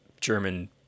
German